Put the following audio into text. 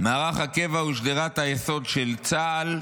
"מערך הקבע הוא שדרת היסוד של צה"ל,